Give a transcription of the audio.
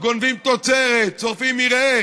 חברת הכנסת תמר זנדברג, איננה.